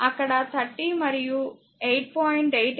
అక్కడ 30 మరియు 8